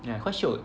ya quite shiok